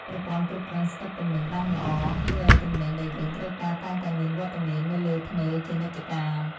ប្រព័ន្ធគ្រប់គ្រងស្តុកទំនិញបានល្អធ្វើឱ្យទំនិញដែលយើងត្រូវការតែងតែមានវត្តមាននៅលើធ្នើរជានិច្ចកាល។